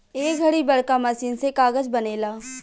ए घड़ी बड़का मशीन से कागज़ बनेला